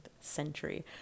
century